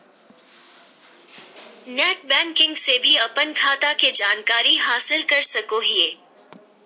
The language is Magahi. नेट बैंकिंग से भी अपन खाता के जानकारी हासिल कर सकोहिये